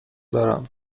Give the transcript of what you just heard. دارم